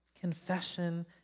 confession